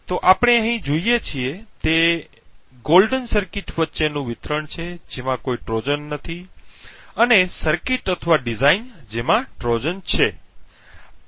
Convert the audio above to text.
તેથી આપણે અહીં જોઈએ છીએ તે સુવર્ણ સર્કિટ વચ્ચેનું વિતરણ છે જેમાં કોઈ ટ્રોજન નથી અને સર્કિટ અથવા ડિઝાઇન જેમાં ટ્રોજન છે